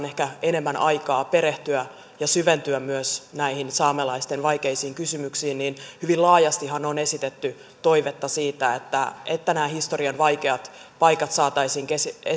ehkä enemmän aikaa perehtyä ja syventyä myös näihin saamelaisten vaikeisiin kysymyksiin niin hyvin laajastihan on esitetty toivetta siitä että että nämä historian vaikeat paikat saataisiin